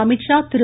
Amit Shah Thiru